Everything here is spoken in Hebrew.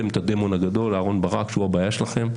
הדמון הגדול אהרון ברק שהוא הבעיה שלכם.